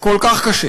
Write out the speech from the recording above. כל כך קשה